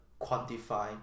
Quantify